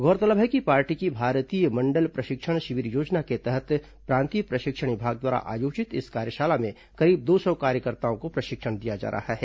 गौरतलब है कि पार्टी की भारतीय मंडल प्रशिक्षण शिविर योजना के तहत प्रांतीय प्रशिक्षण विभाग द्वारा आयोजित इस कार्यशाला में करीब दो सौ कार्यकर्ताओं को प्रशिक्षण दिया जा रहा है